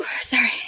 sorry